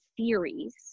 theories